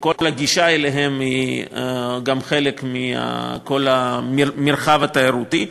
וכל הגישה אליהם היא חלק מכל המרחב התיירותי.